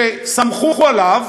שסמכו עליו,